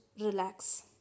relax